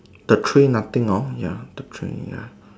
the three nothing orh ya the three ya